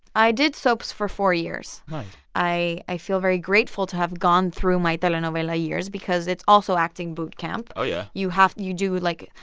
i did soaps for four years nice i feel very grateful to have gone through my telenovela years because it's also acting boot camp oh, yeah you have you do, like,